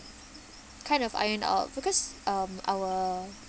kind of iron out because um our